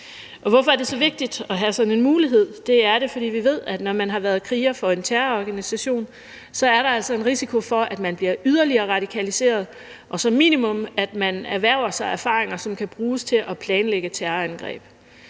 Og hvorfor er det så vigtigt at have sådan en mulighed? Det er det, fordi vi ved, at når man har været kriger for en terrororganisation, er der altså en risiko for, at man bliver yderligere radikaliseret, og at man som minimum erhverver sig erfaringer, som kan bruges til at planlægge terrorangreb.